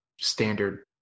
standard